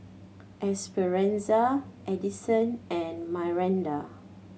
Esperanza Edison and Myranda